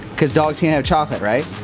cause dogs can't have chocolate, right?